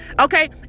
Okay